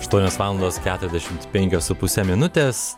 aštuonios valandos keturiasdešim penkios su puse minutės